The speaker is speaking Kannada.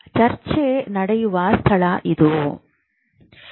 ಚರ್ಚೆ ನಡೆಯುವ ಸ್ಥಳ ಇದು